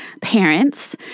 parents